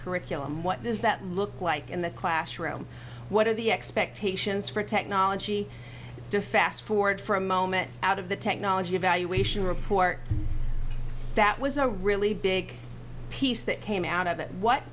curriculum what does that look like in the classroom what are the expectations for technology to fast forward for a moment out of the technology evaluation report that was a really big piece that came out of that what